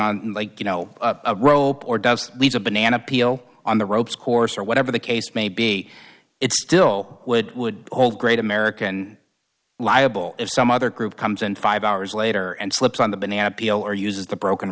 on you know a rope or does leaves a banana peel on the ropes course or whatever the case may be it still would would hold great american liable if some other group comes in five hours later and slips on the banana peel or uses the broken